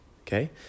Okay